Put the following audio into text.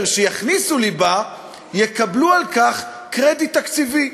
שיכניסו ליבה יקבלו על כך קרדיט תקציבי,